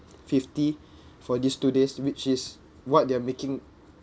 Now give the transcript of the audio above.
fifty for these two days which is what they're making